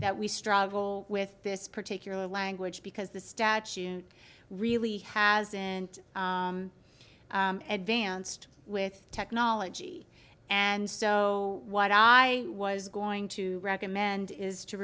that we struggle with this particular language because the statute really hasn't advanced with technology and so what i was going to recommend is to